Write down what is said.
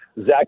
Zach